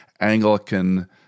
Anglican